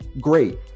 Great